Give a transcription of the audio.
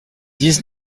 dix